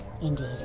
Indeed